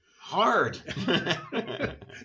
hard